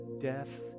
death